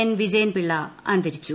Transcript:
എൻ്റ്വിജയൻപിള്ള അന്തരിച്ചു